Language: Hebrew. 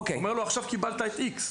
ואומר לו "עכשיו קיבלת את X,